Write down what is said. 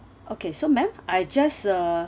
okay so ma'am I just uh